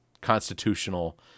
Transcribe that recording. constitutional